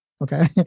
Okay